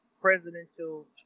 presidential